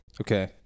Okay